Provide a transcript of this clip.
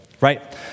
right